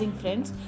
friends